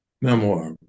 memoir